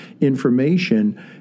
information